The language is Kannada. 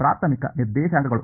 ಪ್ರಾಥಮಿಕ ನಿರ್ದೇಶಾಂಕಗಳು